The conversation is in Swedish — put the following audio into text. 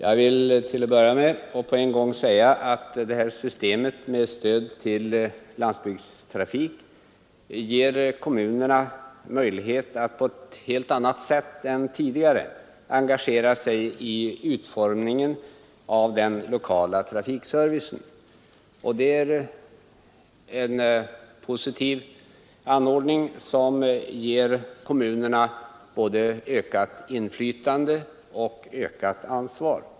Herr talman! Jag vill på en gång säga att systemet med stöd till landsvägstrafik ger kommunerna möjlighet att på ett helt annat sätt än tidigare engagera sig i utformningen av den lokala trafikservicen. Det är en positiv anordning, som ger kommunerna både ökat inflytande och ökat ansvar.